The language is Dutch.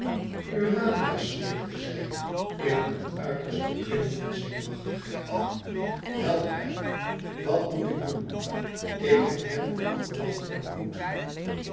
urania smeekte zij in een uiterste trilling van zenuwachtigheid help mij wat moet ik doen ik heb hem onverwacht ontmoet